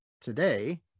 today